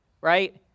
right